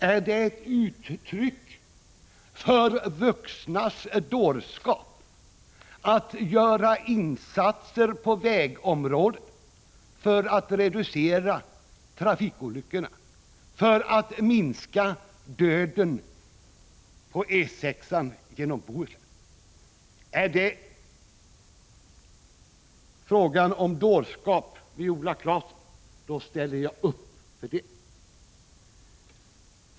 Är det ett uttryck för vuxnas dårskap att göra insatser på vägområdet för att reducera antalet trafikolyckor och antalet dödsolyckor på E 6-an i Bohuslän? Är detta fråga om dårskap, Viola Claesson, ställer jag upp för den dårskapen.